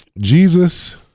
Jesus